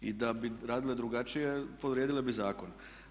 I da bi radile drugačije povrijedile bi zakon.